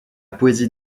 poésie